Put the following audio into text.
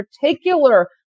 particular